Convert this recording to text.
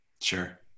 Sure